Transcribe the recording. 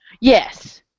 Yes